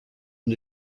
and